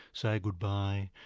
say goodbye,